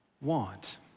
want